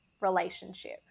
relationship